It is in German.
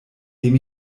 dem